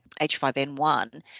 H5N1